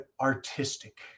artistic